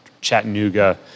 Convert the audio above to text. Chattanooga